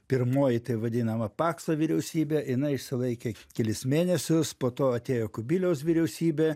pirmoji taip vadinama pakso vyriausybė jinai išsilaikė kelis mėnesius po to atėjo kubiliaus vyriausybė